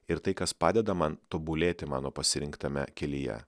ir tai kas padeda man tobulėti mano pasirinktame kelyje